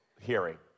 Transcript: hearing